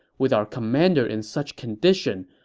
with our commander in such condition,